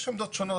יש עמדות שונות.